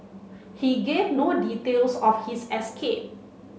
he gave no details of his escape